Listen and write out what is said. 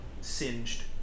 singed